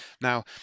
Now